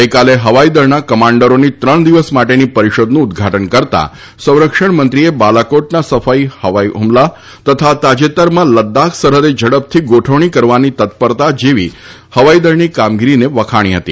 ગઈકાલે હવાઈદળના કમાન્ડરોની ત્રણ દિવસ માટેની પરિષદનું ઉદઘાટન કરતાં સંરક્ષણમંત્રીએ બાલાકોટના સફળ હવાઈ હ્મલા તથા તાજેતરમાં લદ્દાખ સરહદે ઝડપથી ગોઠવણી કરવાની તત્પરતા જેની હવાઈદળની કામગીરીને વખાણી હતી